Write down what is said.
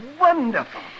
wonderful